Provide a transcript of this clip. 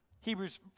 Hebrews